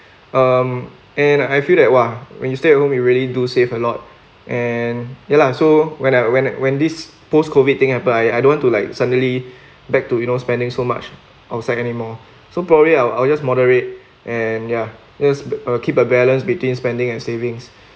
um and I feel that !wah! when you stay at home we really do save a lot and ya lah so when I when when this post COVID thing happen I don't want to like suddenly back to you know spending so much outside anymore so probably I'll I'll just moderate and ya yes but keep a balance between spending and savings